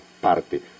parte